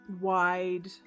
wide